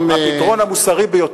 גם בלגיה היום,